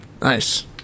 Nice